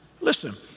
Listen